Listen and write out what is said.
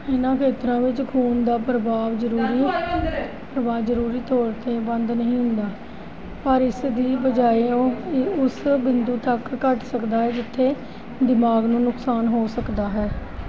ਇਹਨਾਂ ਖੇਤਰਾਂ ਵਿੱਚ ਖੂਨ ਦਾ ਪ੍ਰਵਾਹ ਜ਼ਰੂਰੀ ਪ੍ਰਵਾਹ ਜ਼ਰੂਰੀ ਤੌਰ 'ਤੇ ਬੰਦ ਨਹੀਂ ਹੁੰਦਾ ਪਰ ਇਸ ਦੀ ਬਜਾਏ ਉਹ ਉਸ ਬਿੰਦੂ ਤੱਕ ਘੱਟ ਸਕਦਾ ਹੈ ਜਿੱਥੇ ਦਿਮਾਗ ਨੂੰ ਨੁਕਸਾਨ ਹੋ ਸਕਦਾ ਹੈ